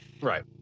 Right